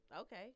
okay